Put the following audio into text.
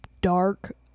dark